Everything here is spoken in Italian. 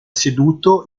seduto